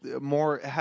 more